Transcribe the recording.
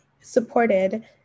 supported